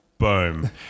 Boom